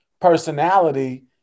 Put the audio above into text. personality